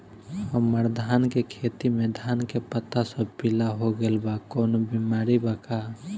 हमर धान के खेती में धान के पता सब पीला हो गेल बा कवनों बिमारी बा का?